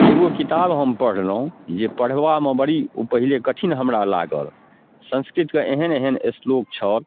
एगो किताब हम पढ़लहुँ जे पढ़बामे बड़ी ओ पहिले कठिन हमरा लागल संस्कृतके एहन एहन श्लोक छल